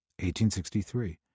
1863